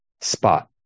spot